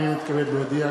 הנני מתכבד להודיע,